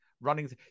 running